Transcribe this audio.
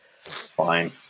Fine